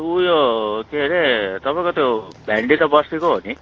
उयो के अरे तपाईँको त्यो भेन्डी त बस्तीको हो नि